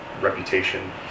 reputation